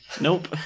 Nope